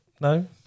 no